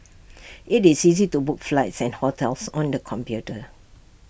IT is easy to book flights and hotels on the computer